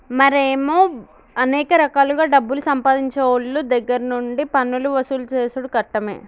మరి ఏమో అనేక రకాలుగా డబ్బులు సంపాదించేవోళ్ళ దగ్గర నుండి పన్నులు వసూలు సేసుడు కట్టమే